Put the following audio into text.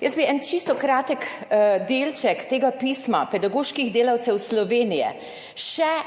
Jaz bi en čisto kratek delček tega pisma pedagoških delavcev Slovenije še